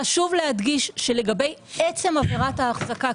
חשוב להדגיש שלגבי עצם עבירת ההחזקה,